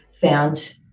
found